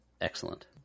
Excellent